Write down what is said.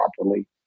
properly